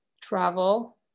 travel